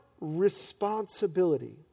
responsibility